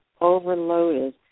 overloaded